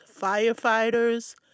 firefighters